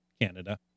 Canada